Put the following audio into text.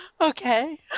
Okay